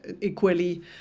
equally